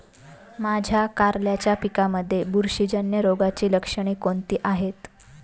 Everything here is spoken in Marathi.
माझ्या कारल्याच्या पिकामध्ये बुरशीजन्य रोगाची लक्षणे कोणती आहेत?